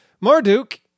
Marduk